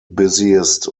busiest